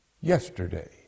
yesterday